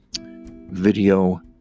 video